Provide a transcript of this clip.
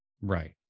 right